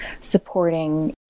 supporting